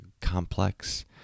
complex